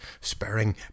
sparing